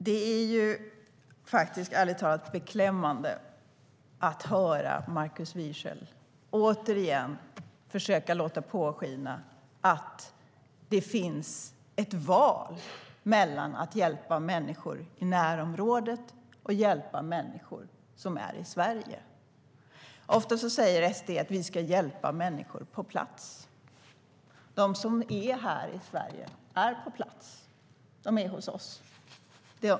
Herr talman! Det är ärligt talat beklämmande att höra Markus Wiechel återigen låta påskina att det finns ett val mellan att hjälpa människor i närområdet och att hjälpa människor som är i Sverige. Ofta säger SD att vi ska hjälpa människor på plats. De som är här i Sverige är på plats. De är hos oss.